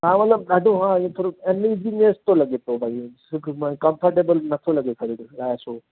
हा मतिलबु ॾाढो हां ईअं थोरो अनइज़ीनैस थो लॻे पियो भाई ईअं सुठो न कम्फर्टेबल नथो लॻे भई अलाए छो